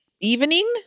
evening